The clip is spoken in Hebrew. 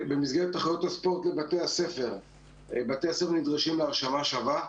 במסגרת תחרויות לבתי הספר - בתי הספר נדרשים להרשמה שווה,